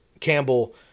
Campbell